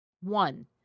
One